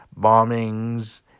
bombings